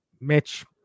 Mitch